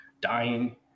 dying